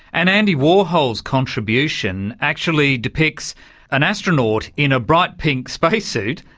and andy warhol's contribution actually depicts an astronaut in a bright pink spacesuit,